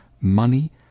money